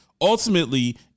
Ultimately